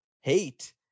hate